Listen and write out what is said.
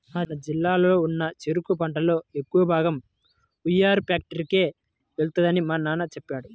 మా జిల్లాలో ఉన్న చెరుకు పంటలో ఎక్కువ భాగం ఉయ్యూరు ఫ్యాక్టరీకే వెళ్తుందని మా నాన్న చెప్పాడు